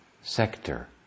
sector